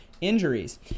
injuries